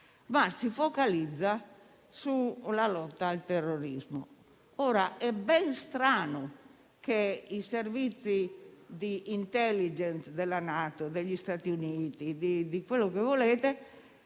ma si focalizza sulla lotta al terrorismo. Ora, è ben strano che i Servizi di *intelligence* della NATO, degli Stati Uniti o di quello che volete